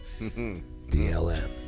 BLM